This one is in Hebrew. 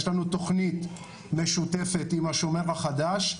יש לנו תוכנית משותפת עם השומר החדש,